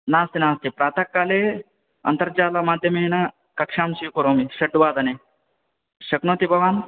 नास्ति नास्ति प्रातःकाले अन्तर्जालमाद्यमेन कक्षां स्वीकरोमि षड् वादने शक्नोति भवान्